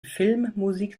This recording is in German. filmmusik